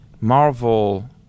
Marvel